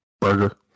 Burger